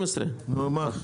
12. נו, מה?